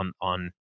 on